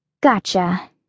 Gotcha